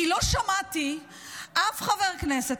כי לא שמעתי אף חבר כנסת,